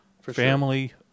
family